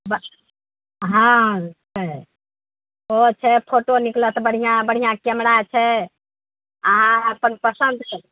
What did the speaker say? बऽ हँ छै ओ छै फोटो निकलत बढ़िआँ बढ़िआँ केमरा छै आ अपन पसन्द करू